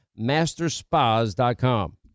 masterspas.com